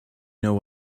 know